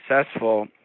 successful